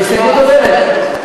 אז ההסתייגות עוברת.